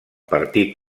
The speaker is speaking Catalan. partit